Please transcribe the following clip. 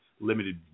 limited